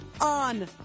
on